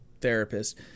therapist